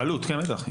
בעלות, כן, בטח.